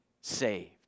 saved